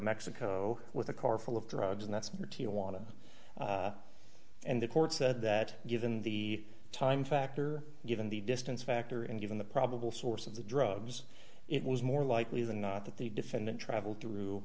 mexico with a car full of drugs and that's material want to and the court said that given the time factor given the distance factor and given the probable source of the drugs it was more likely than not that the defendant traveled through